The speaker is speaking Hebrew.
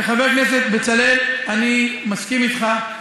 חבר הכנסת בצלאל, אני מסכים איתך.